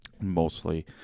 mostly